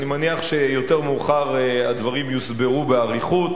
אני מניח שיותר מאוחר הדברים יוסברו באריכות.